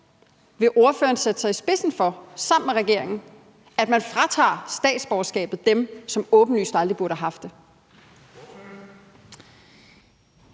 Vil ordføreren sætte sig i spidsen for sammen med regeringen, at man tager statsborgerskabet fra dem, som åbenlyst aldrig burde have haft det?